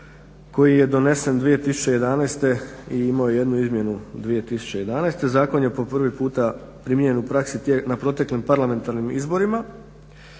koji je donesen 2011. i imao je jednu izmjenu 2011. Zakon je po prvi puta primijenjen u praksi na proteklim parlamentarnim izborima